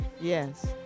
Yes